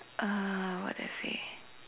uh what did I say